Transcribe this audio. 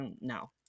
no